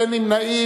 אין נמנעים.